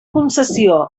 concessió